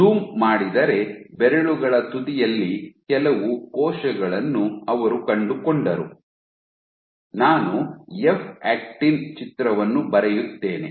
zoom ಮಾಡಿದರೆ ಬೆರಳುಗಳ ತುದಿಯಲ್ಲಿ ಕೆಲವು ಕೋಶಗಳನ್ನು ಅವರು ಕಂಡುಕೊಂಡರು ನಾನು ಎಫ್ ಆಕ್ಟಿನ್ ಚಿತ್ರವನ್ನು ಬರೆಯುತ್ತೇನೆ